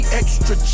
extra